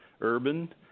urban